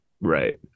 Right